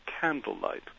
candlelight